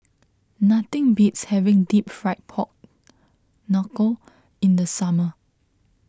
nothing beats having Deep Fried Pork Knuckle in the summer